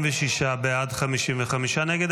46 בעד, 55 נגד.